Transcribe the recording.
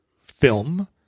film